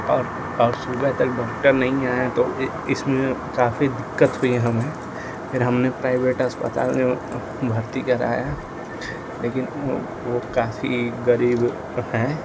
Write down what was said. और और सुबह तक डॉक्टर नहीं आए तो इ इसमें काफी दिक्कत हुई हमें फिर हमने प्राइभेट अस्पताल में भर्ती कराया लेकिन वो काफी गरीब हैं